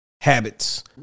habits